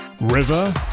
River